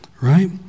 right